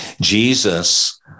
Jesus